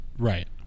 Right